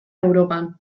europan